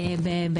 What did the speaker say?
היי,